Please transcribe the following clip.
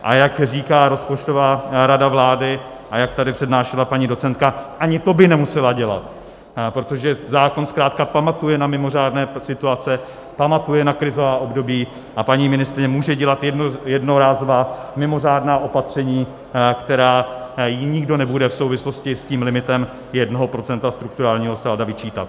A jak říká rozpočtová rada vlády a jak tady přednášela paní docentka, ani to by nemusela dělat, protože zákon zkrátka pamatuje na mimořádné situace, pamatuje na krizová období a paní ministryně může dělat jednorázová mimořádná opatření, která jí nikdo nebude v souvislosti s tím limitem jednoho procenta strukturálního salda vyčítat.